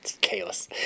chaos